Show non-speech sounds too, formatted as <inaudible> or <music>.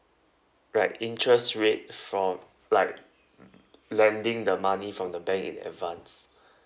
right interest rate from like mm lending the money from the bank in advance <breath>